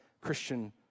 christian